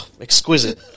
Exquisite